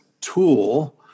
tool